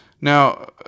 Now